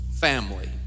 family